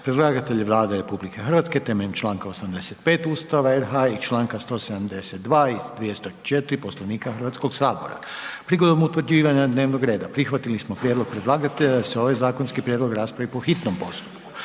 Predlagatelj je Vlada RH temeljem čl. 85. Ustava RH i članaka 172. i 204. Poslovnika Hrvatskog sabora. Prigodom utvrđivanja dnevnog reda prihvatili smo prijedlog predlagatelja da se ovaj zakonski prijedlog raspravi po hitnom postupku.